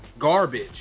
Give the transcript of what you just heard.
Garbage